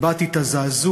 הבעתי את הזעזוע,